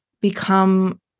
become